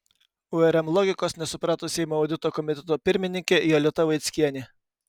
urm logikos nesuprato seimo audito komiteto pirmininkė jolita vaickienė